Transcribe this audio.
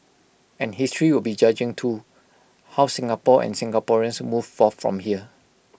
and history will be judging too how Singapore and Singaporeans move forth from here